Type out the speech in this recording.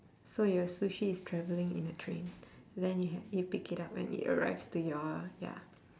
so your sushi is travelling in a train then you ha~ you pick it up when it arrives to your ya